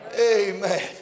Amen